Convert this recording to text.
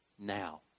Now